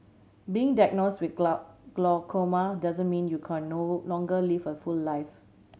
being diagnosed with glaucoma doesn't mean you can no longer live a full life